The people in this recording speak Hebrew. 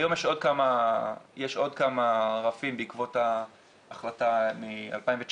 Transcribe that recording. היום יש עוד כמה רפים בעקבות ההחלטה ב-2019,